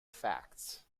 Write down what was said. facts